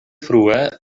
frue